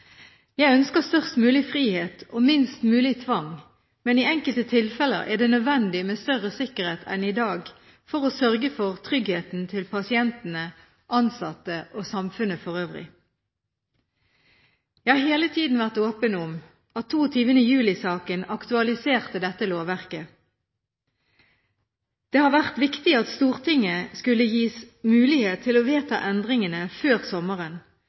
Jeg ønsker størst mulig frihet og minst mulig tvang, men i enkelte tilfeller er det nødvendig med større sikkerhet enn i dag for å sørge for tryggheten til pasientene, ansatte og samfunnet for øvrig. Jeg har hele tiden vært åpen om at 22. juli-saken aktualiserte dette lovverket. Det har vært viktig at Stortinget skulle gis mulighet til å vedta endringene før sommeren.